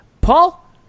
Paul